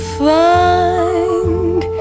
find